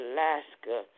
Alaska